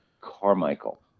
Carmichael